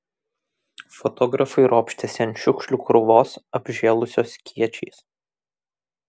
fotografai ropštėsi ant šiukšlių krūvos apžėlusios kiečiais